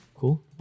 Cool